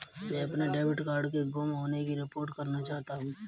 मैं अपने debit card के गुम होने की रिपोर्ट करना चाहता हूँ